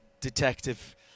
detective